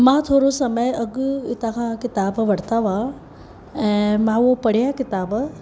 मां थोरो समय अॻु हितां खां किताबु वरिता हुआ ऐं मां उहो पढ़िया किताब